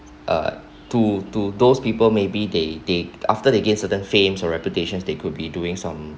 uh to to those people may be they they after they gained certain fame or reputation state could be doing some